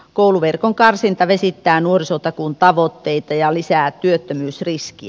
kouluverkon karsinta vesittää nuorisotakuun tavoitteita ja lisää työttömyysriskiä